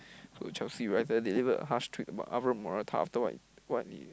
so Chelsea writer delivered harsh tweet about Alvaro-Morata after what he what need